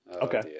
Okay